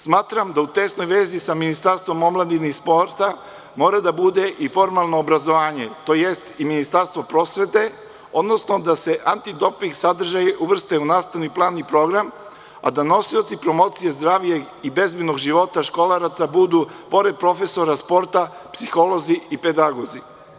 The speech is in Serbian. Smatram da u tesnoj vezi sa Ministarstvom omladine i sporta mora da bude i formalno obrazovanje, tj. i Ministarstvo prosvete, odnosno da se antidoping sadržaj uvrsti u nastavni plan i program, a da nosioci promocije zdravlja i bezbednog života školaraca budu, pored profesora sporta, psiholozi i pedagozi.